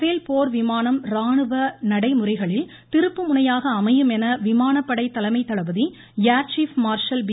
பேல் போர் விமானம் ராணுவ நடைமுறைகளில் திருப்புமுனையாக அமையும் என விமானப்படை தலைமை தளபதி ஏர்சீப் மார்ஷல் பி